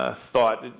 ah thought